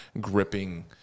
gripping